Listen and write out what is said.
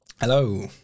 Hello